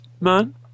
Man